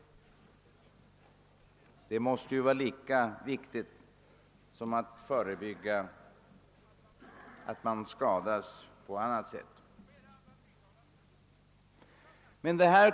Det måste vara lika viktigt som att förebygga att människor skadas på annat sätt.